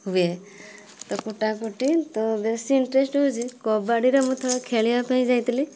ହୁଏ ତ କୁଟା କୁଟି ତ ବେଶୀ ଇଣ୍ଟରେଷ୍ଟ୍ ହଉଛି କବାଡ଼ିରେ ମୁଁ ଥରେ ଖେଳିବା ପାଇଁ ଯାଇଥିଲି